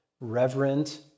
reverent